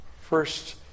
first